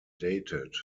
dated